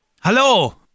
Hello